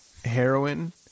heroin